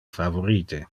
favorite